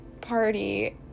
party